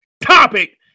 topic